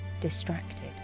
distracted